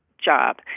job